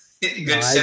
good